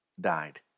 died